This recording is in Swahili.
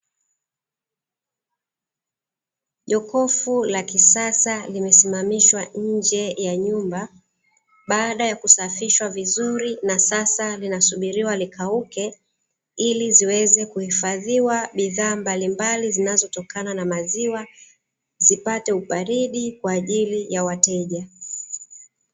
Jokofu la kisasa limesimamishwa nje ya nyumba baada ya kusafishwa vizuri na sasa linasubiriwa likauke, ili ziweze kuhifadhiwa bidhaa mbalimbali zinazotokana na maziwa, zipate ubaridi kwa ajili ya wateja.